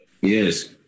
Yes